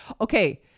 okay